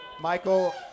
Michael